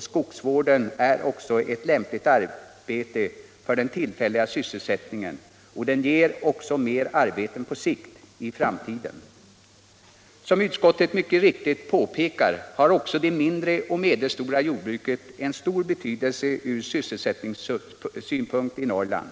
Skogsvården ger ett lämpligt arbete för den tillfälliga sysselsättningen, och den ger också mer arbeten på sikt. Som utskottet mycket riktigt påpekar har också det mindre och medelstora — Nr 48 jordbruket en stor betydelse ur sysselsättningssynpunkt i Norrland.